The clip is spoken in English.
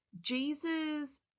Jesus